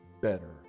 better